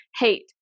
Hate